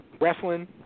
wrestling